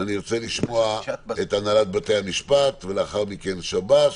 ארצה לשמוע את הנהלת בתי המשפט, שב"ס,